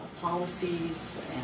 policies